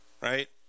right